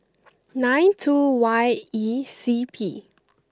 nine two Y E C P